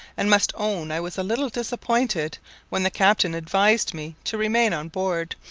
and must own i was a little disappointed when the captain advised me to remain on board,